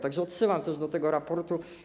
Tak że odsyłam też do tego raportu.